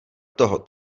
toho